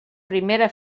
primera